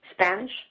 Spanish